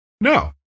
No